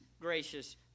gracious